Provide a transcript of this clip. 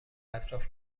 اطراف